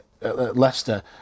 Leicester